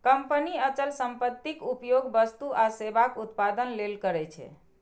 company अचल संपत्तिक उपयोग वस्तु आ सेवाक उत्पादन लेल करै छै